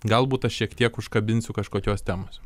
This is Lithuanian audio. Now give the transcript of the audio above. galbūt šiek tiek užkabinsiu kažkokios temos